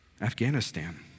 Afghanistan